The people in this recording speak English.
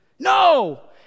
No